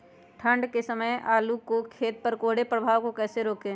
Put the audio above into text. ठंढ के समय आलू के खेत पर कोहरे के प्रभाव को कैसे रोके?